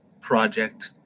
Project